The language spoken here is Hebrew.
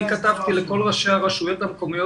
אני כתבתי לכול ראשי הרשויות המקומיות